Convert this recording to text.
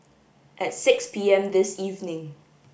at six P M this evening